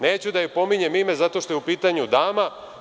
Neću da joj pominjem ime zato što je pitanju dama.